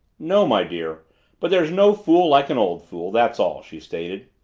no, my dear but there's no fool like an old fool that's all, she stated.